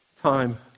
time